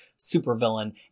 supervillain